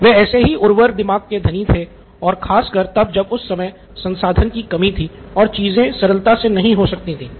वह ऐसे ही उर्वर दिमाग के धनी थे और खासकर तब जब उस समय संसाधन की कमी थी और चीजें सरलता से नहीं हो सकती थीं